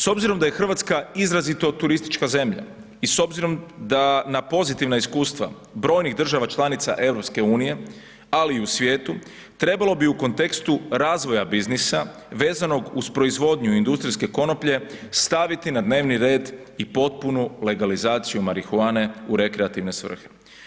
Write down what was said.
S obzirom da je Hrvatska izrazito turistička zemlja i s obzirom na pozitivna iskustva brojnih država članica EU, ali i u svijetu, trebalo bi u kontekstu razvoja biznisa vezanog uz proizvodnju industrijske konoplje staviti na dnevni red i potpunu legalizaciju marihuane u rekreativne svrhe.